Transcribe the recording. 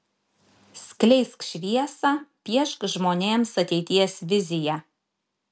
skleisk šviesą piešk žmonėms ateities viziją